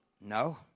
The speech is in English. no